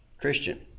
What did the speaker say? Christian